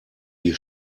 die